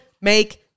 make